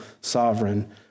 sovereign